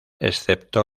excepto